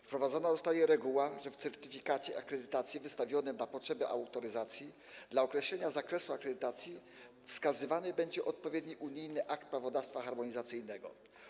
Wprowadzona zostanie reguła, że w certyfikacie akredytacji wystawianym na potrzeby autoryzacji dla określenia zakresu akredytacji wskazywany będzie odpowiedni unijny akt prawodawstwa harmonizacyjnego.